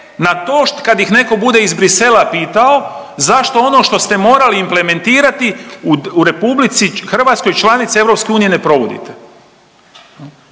na to kad ih neko bude iz Brisela pitao zašto ono što ste morali implementirati u RH, članici EU, ne provodite.